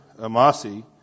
Amasi